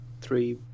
three